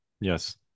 Yes